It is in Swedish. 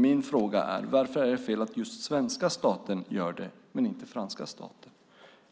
Min fråga är: Varför är det fel att just den svenska staten gör det men inte att den franska staten,